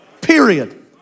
Period